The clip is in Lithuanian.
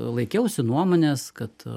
laikiausi nuomonės kad